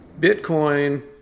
Bitcoin